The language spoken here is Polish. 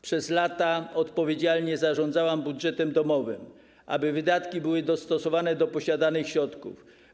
Przez lata odpowiedzialnie zarządzałam budżetem domowym, aby wydatki były dostosowane do posiadanych środków.